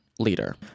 Leader